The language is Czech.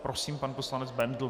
Prosím, pan poslanec Bendl.